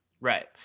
Right